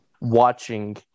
watching